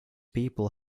people